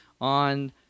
on